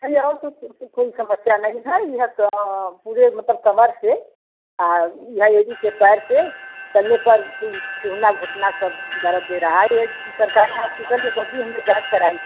चलिए और कोई समस्या नहीं है यही क पूरे मतलब कमर से आ यही एड़ी से पैर से चलने पर ठेहुना घुटना सब दर्द दे रहा है ये सरकारी हॉस्पिटल में तो अभी हमने जाँच कराई थी